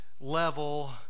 level